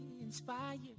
inspired